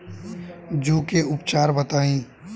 जूं के उपचार बताई?